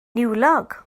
niwlog